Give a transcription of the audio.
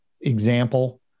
example